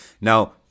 Now